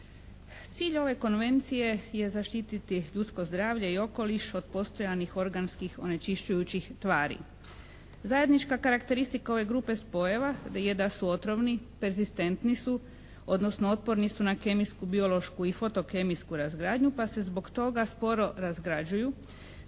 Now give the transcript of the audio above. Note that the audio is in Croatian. Cilj ove konvencije je zaštititi ljudsko zdravlje i okoliš od postojanih organskih onečišćujućih tvari. Zajednička karakteristika ove grupe spojeva je da su otrovni, pezistentni su, odnosno otporni su na kemijsku, biološku i fotokemijsku razgradnju pa se zbog toga sporo razgrađuju.